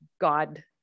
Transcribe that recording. God